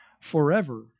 forever